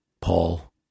Paul